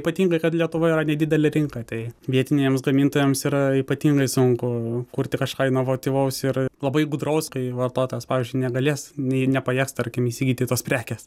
ypatingai kad lietuva yra nedidelė rinka tai vietiniams gamintojams yra ypatingai sunku kurti kažką inovatyvaus ir labai gudraus kai vartotojas pavyzdžiui negalės nepajėgs tarkim įsigyti tos prekės